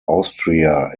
austria